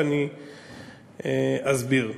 ואני אסביר.